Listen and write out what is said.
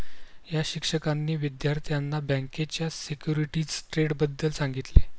या शिक्षकांनी विद्यार्थ्यांना बँकेच्या सिक्युरिटीज ट्रेडबद्दल सांगितले